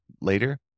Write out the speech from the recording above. later